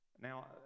Now